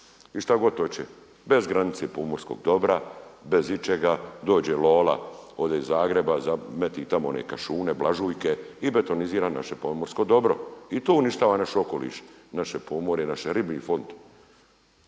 I šta god hoće. Bez granice pomorskog dobra, bez ičega, dođe lola, ode iz Zagreba, meti tamo one kašune, blažujke, i betonizira naše pomorsko dobro i to uništava naš okoliš, naše pomorje, naš riblji fond.